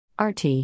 RT